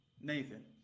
Nathan